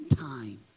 time